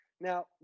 Now